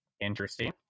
interesting